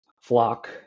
flock